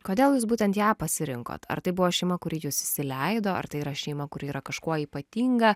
kodėl jūs būtent ją pasirinkot ar tai buvo šeima kuri jus įsileido ar tai yra šeima kuri yra kažkuo ypatinga